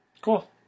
Cool